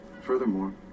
Furthermore